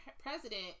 president